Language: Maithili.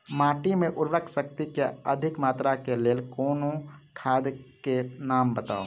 माटि मे उर्वरक शक्ति केँ अधिक मात्रा केँ लेल कोनो खाद केँ नाम बताऊ?